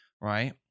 Right